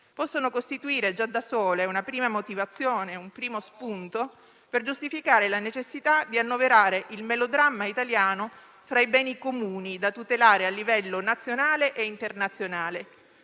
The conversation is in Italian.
possono costituire già da sole una prima motivazione, un primo spunto per giustificare la necessità di annoverare il melodramma italiano fra i beni comuni da tutelare a livello nazionale e internazionale,